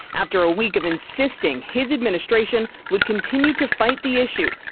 after a week of insisting his administration would continue to fight the issue,